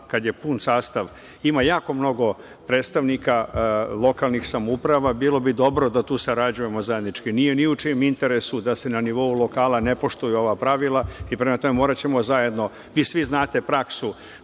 kada je pun sastav, ima jako mnogo predstavnika lokalnih samouprava, bilo bi dobro da tu sarađujemo zajednički. Nije ni u čijem interesu da se na nivou lokala ne poštuju ova pravila i prema tome moraćemo zajedno, vi svi znate praksu